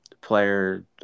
player